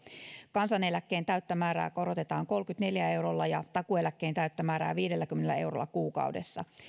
kansaneläkkeen täyttä määrää korotetaan kolmellakymmenelläneljällä eurolla ja takuueläkkeen täyttä määrää viidelläkymmenellä eurolla kuukaudessa